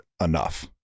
enough